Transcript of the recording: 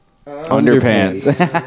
Underpants